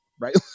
right